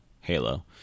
Halo